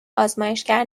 آزمایشگر